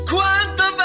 Quanto